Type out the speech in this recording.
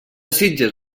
sitges